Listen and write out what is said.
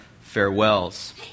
farewells